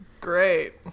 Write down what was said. great